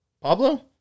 Pablo